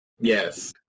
Yes